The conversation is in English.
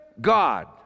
God